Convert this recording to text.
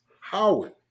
Howard